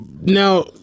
Now